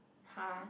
!huh!